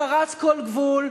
פרץ כל גבול,